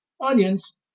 Onions